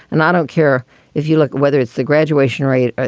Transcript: and i don't care if you look whether it's the graduation rate,